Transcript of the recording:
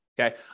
Okay